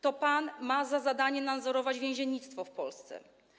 To pan ma za zadanie nadzorować więziennictwo w Polsce.